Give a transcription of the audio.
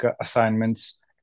assignments